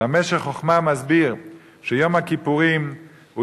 ה"משך חוכמה" מסביר שיום הכיפורים הוא